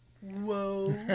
whoa